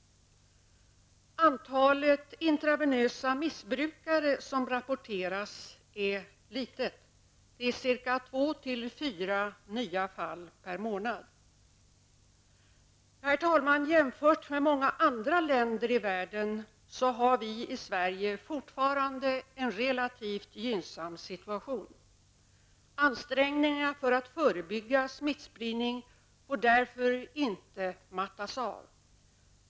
Antalet intravenösa missbrukare som rapporteras är litet . Jämfört med många andra länder i världen har vi i Sverige fortfarande en relativt gynnsam situation. Ansträngningarna för att förebygga smittspridning får dock inte mattas av.